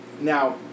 now